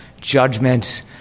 judgment